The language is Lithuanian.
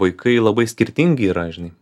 vaikai labai skirtingi yra žinai